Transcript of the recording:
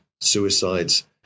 suicides